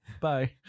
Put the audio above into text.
Bye